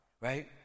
Right